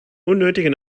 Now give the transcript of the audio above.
unnötigen